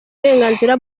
uburenganzira